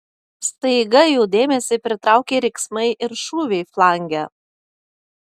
staiga jų dėmesį pritraukė riksmai ir šūviai flange